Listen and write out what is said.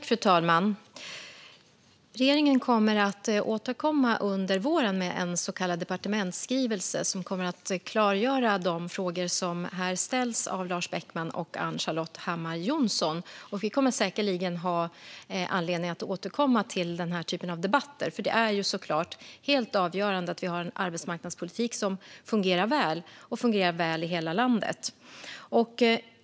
Fru talman! Regeringen kommer att återkomma under våren med en så kallad departementsskrivelse som kommer att klargöra de frågor som här ställs av Lars Beckman och Ann-Charlotte Hammar Johnsson. Vi kommer säkerligen att ha anledning att återkomma till den här typen av debatter. Det är såklart helt avgörande att vi har en arbetsmarknadspolitik som fungerar väl och fungerar väl i hela landet.